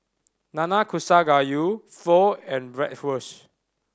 Nanakusa Gayu Pho and Bratwurst